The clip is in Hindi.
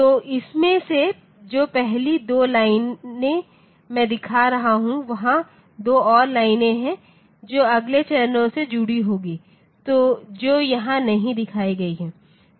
तो इसमें से जो पहली 2 लाइनें मैं दिखा रहा हूं वहां 2 और लाइनें हैं जो अगले चरणों से जुड़ी होंगी जो यहां नहीं दिखाई गई हैं